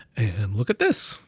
and look at this.